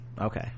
okay